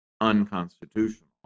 unconstitutional